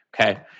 Okay